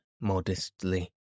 modestly